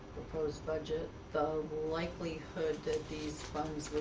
proposed budget, the likelihood that these funds